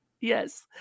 Yes